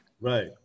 Right